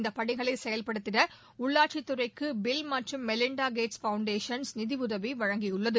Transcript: இந்தப் பணிகளை செயல்படுத்திட உள்ளாட்சித் துறைக்கு பில் மற்றும் மெலிண்டா கேட்ஸ் பவுண்டேஷன்ஸ் நிதியுதவி வழங்கியுள்ளது